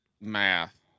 math